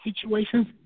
situations